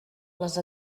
les